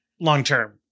long-term